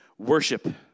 Worship